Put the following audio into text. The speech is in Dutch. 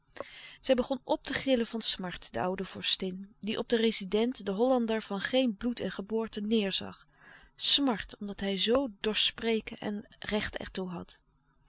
zij begon op te gillen van smart de oude vorstin die op den rezident den hollander van geen bloed en geboorte neêrzag smart omdat hij zoo dorst spreken en recht er toe had